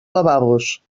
lavabos